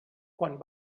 quan